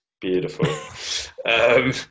beautiful